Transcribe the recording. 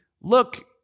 Look